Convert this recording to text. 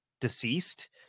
deceased